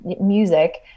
music